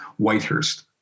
Whitehurst